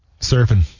Surfing